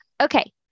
Okay